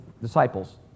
disciples